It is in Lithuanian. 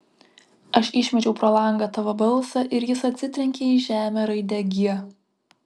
aš išmečiau pro langą tavo balsą ir jis atsitrenkė į žemę raide g